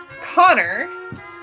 Connor